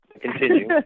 Continue